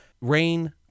Rain